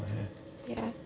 what the heck